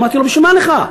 אמרתי לו: בשביל מה לך?